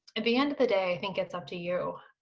at the end of the day, i think it's up to you,